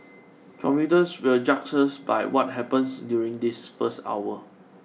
commuters will judge us by what happens during this first hour